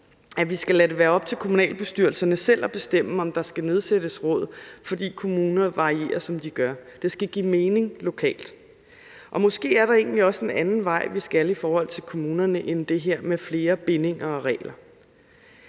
vi skal lade det være op til kommunalbestyrelserne selv at bestemme, om der skal nedsættes råd, fordi kommuner varierer, som de gør. Det skal give mening lokalt. Og måske er det egentlig også en anden vej, vi skal i forhold til kommunerne, end det her med flere bindinger og regler.